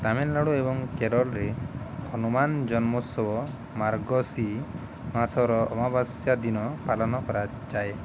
ତାମିଲନାଡୁ ଏବଂ କେରଲରେ ହନୁମାନ ଜନ୍ମୋତ୍ସବ ମାର୍ଗଶୀର ମାସର ଅମାବାସ୍ୟା ଦିନ ପାଳନ କରାଯାଏ